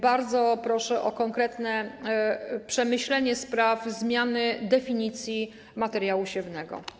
Bardzo proszę o konkretne przemyślenie sprawy zmiany definicji materiału siewnego.